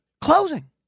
closing